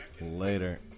Later